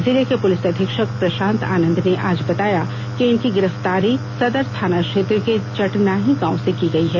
जिले के पुलिस अधीक्षक प्रशांत आनंद ने आज बताया कि इनकी गिरफ्तारी सदर थाना क्षेत्र के चटनाही गांव से की गई है